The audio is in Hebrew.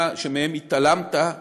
שמהם התעלמת,